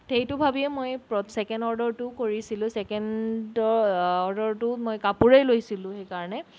সেইটো ভাবিয়েই মই ছেকেণ্ড অৰ্ডাৰটোও কৰিছিলোঁ ছেকেণ্ডৰ অৰ্ডাৰটো মই কাপোৰেই লৈছিলোঁ সেইকাৰণে